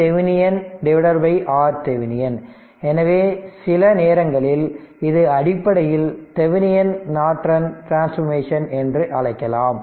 RThevenin எனவே சில நேரங்களில் இது அடிப்படையில் தெவெனின் நார்டன் டிரன்ஸ்பாமேஷன் என்று அழைக்கலாம்